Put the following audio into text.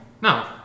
No